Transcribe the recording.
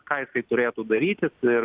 ką tai turėtų darytis ir